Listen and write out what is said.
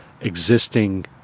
existing